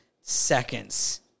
seconds